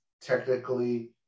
technically